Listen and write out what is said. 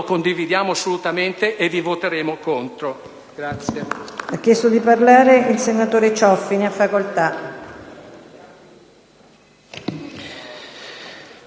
condividiamo assolutamente e vi voteremo contro.